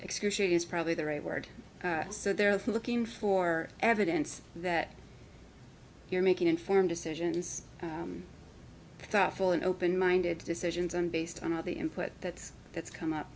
excruciating is probably the right word so they're looking for evidence that you're making informed decisions thoughtful and openminded decisions on based on all the input that's that's come up